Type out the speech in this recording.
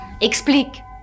Explique